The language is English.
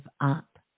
up